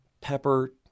Pepper